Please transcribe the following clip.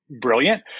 brilliant